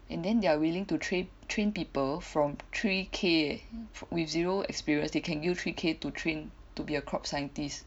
and then they are willing to train train people from three K eh with zero experience they can you three K to train to be a crop scientist